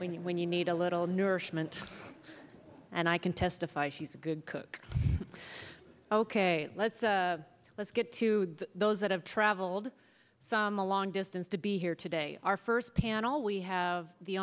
when you when you need a little nourishment and i can testify she's a good cook ok let's let's get to those that have traveled from a long distance to be here today our first panel we have the